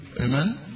Amen